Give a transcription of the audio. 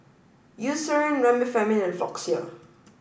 Eucerin Remifemin and Floxia